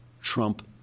Trump